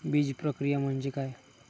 बीजप्रक्रिया म्हणजे काय?